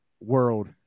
world